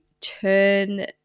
turn